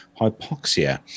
hypoxia